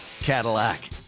Cadillac